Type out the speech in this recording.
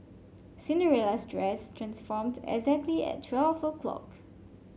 Cinderella's dress transformed exactly at twelve o'clock